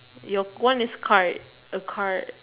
your one is car a car